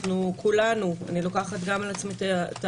אנחנו כולנו, אני לוקחת גם על עצמי את האחריות